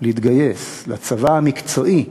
להתגייס לצבא המקצועי,